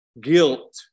guilt